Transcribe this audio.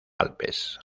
alpes